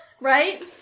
Right